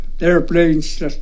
airplanes